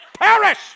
perish